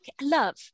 love